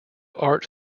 art